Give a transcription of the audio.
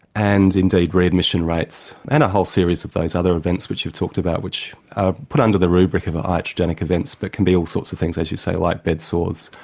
and indeed readmission rates. and a whole series of those other events which you've talked about which are put under the rubric of ah iatrogenic events but can be all sorts of things as you say, like bedsores,